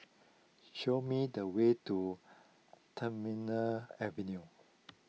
show me the way to Terminal Avenue